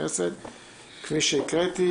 כפי שהקראתי,